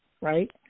right